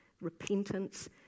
repentance